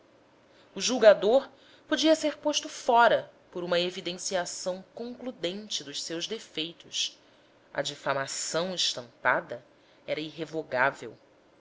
o julgador podia ser posto fora por uma evidenciação concludente dos seus defeitos a difamação estampada era irrevogavél